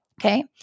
Okay